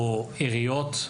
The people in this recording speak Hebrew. או עריות,